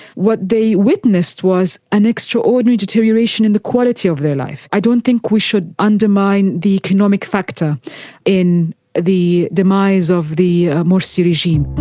what they witnessed was an extraordinary deterioration in the quality of their life. i don't think we should undermine the economic factor in the demise of the morsi regime.